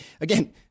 again